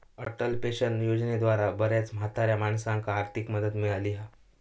Atal pension योजनेद्वारा बऱ्याच म्हाताऱ्या माणसांका आर्थिक मदत मिळाली हा